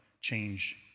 change